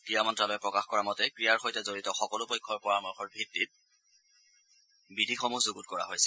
ক্ৰীড়া মন্ত্যালয়ে প্ৰকাশ কৰা মতে ক্ৰীড়াৰ সৈতে জড়িত সকলো পক্ষৰ পৰামৰ্শৰ ভিত্তিত বিধিসমূহ যুগুত কৰা হৈছে